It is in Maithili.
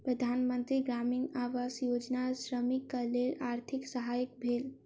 प्रधान मंत्री ग्रामीण आवास योजना श्रमिकक लेल आर्थिक सहायक भेल